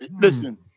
Listen